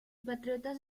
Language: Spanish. patriotas